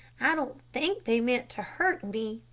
i don't think they meant to hurt me,